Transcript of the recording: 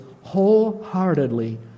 wholeheartedly